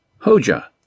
Hoja